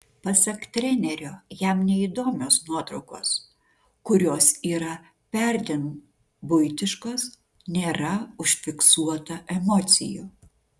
pasak trenerio jam neįdomios nuotraukos kurios yra perdėm buitiškos nėra užfiksuota emocijų